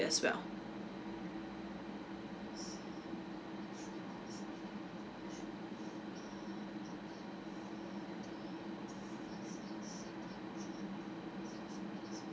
as well